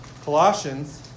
Colossians